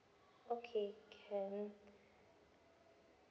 okay can